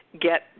get